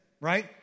right